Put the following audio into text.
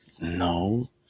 No